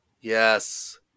Yes